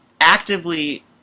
actively